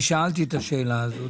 שאלתי את זה.